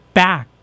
back